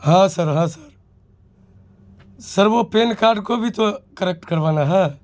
ہاں سر ہاں sir sir وہ پین کارڈ کو بھی تو کریکٹ کروانا ہے